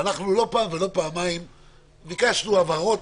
אנחנו לא פעם ולא פעמיים ביקשנו הבהרות,